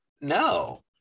no